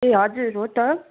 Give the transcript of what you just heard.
ए हजुर हो त